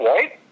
Right